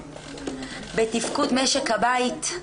בתפקוד משק הבית,